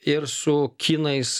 ir su kinais